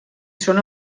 són